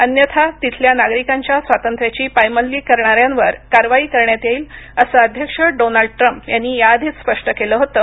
अन्यथा तिथल्या नागरिकांच्या स्वातंत्र्याची पायमल्ली करणाऱ्यांवर कारवाई करण्यात येईल असं अध्यक्ष डोनाल्ड ट्रम्प यांनी याआधीच स्पष्ट केलं होतं